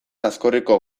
aizkorriko